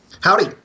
Howdy